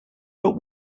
but